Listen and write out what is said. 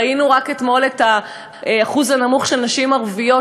ראינו רק אתמול את האחוז הנמוך של נשים ערביות,